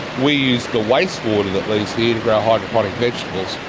we use the waste water that leaves here to grow hydroponic vegetables.